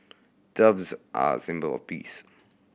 doves are a symbol of peace